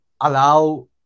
allow